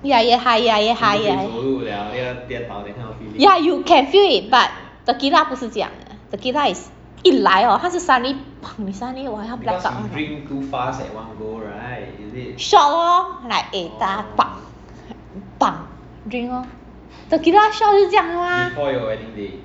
越来越 high 越来越 high 越来越 high ya you can feel it but tequila 不是这样的 tequila is 一来 hor 它是 suddenly suddenly 我要 blackout 那种 shot lor like eh drink lor tequila shot 是这样的吗